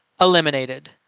Eliminated